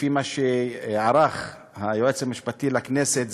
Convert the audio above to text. לפי מה שערך היועץ המשפטי לכנסת,